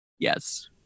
Yes